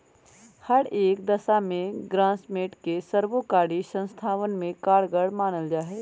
हर एक दशा में ग्रास्मेंट के सर्वकारी संस्थावन में कारगर मानल जाहई